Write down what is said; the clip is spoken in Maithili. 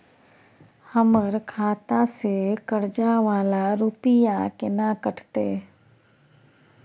हमर खाता से कर्जा वाला रुपिया केना कटते?